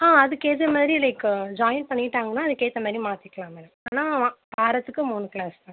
ஆ அதுக்கு ஏற்ற மாரி லைக்கு ஜாயின் பண்ணிட்டாங்கன்னால் அதுக்கு ஏற்ற மாரி மாற்றிக்கலாம் மேடம் ஆனால் வா வாரத்துக்கு மூணு க்ளாஸ் மேம்